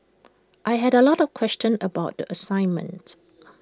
I had A lot of questions about the assignment